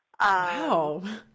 Wow